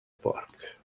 porc